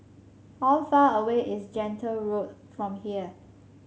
how far away is Gentle Road from here